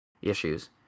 Issues